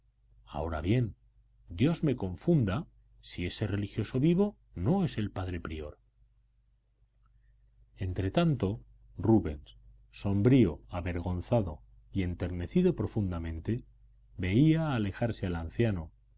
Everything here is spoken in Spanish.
ahora bien dios me confunda si ese religioso vivo no es el padre prior entretanto rubens sombrío avergonzado y enternecido profundamente veía alejarse al anciano